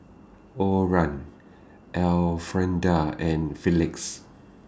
Orah Elfrieda and Felix